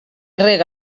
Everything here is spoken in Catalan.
rega